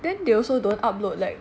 then they also don't upload like